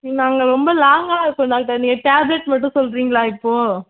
நாங்கள் ரொம்ப லாங்காக இருக்கோம் டாக்டர் நீங்கள் டேப்லெட் மட்டும் சொல்லுறீங்களா இப்போ